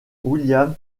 william